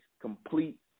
complete